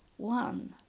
One